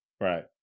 right